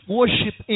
worship